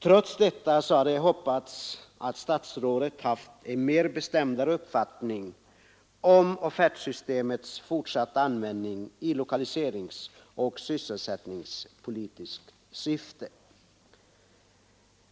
Trots detta hade jag hoppats att statsrådet hade haft en mer bestämd uppfattning om offertsystemets fortsatta användning i lokaliseringsoch sysselsättningspolitiskt syfte.